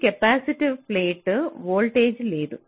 ఈ కెపాసిటివ్ ప్లేట్లో వోల్టేజ్ లేదు